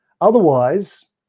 Otherwise